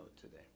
today